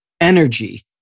energy